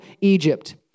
Egypt